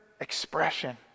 expression